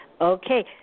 Okay